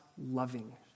loving